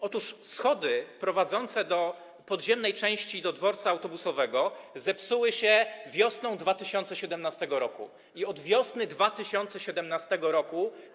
Otóż schody prowadzące do podziemnej części dworca autobusowego zepsuły się wiosną 2017 r. i od wiosny 2017 r.